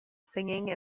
singing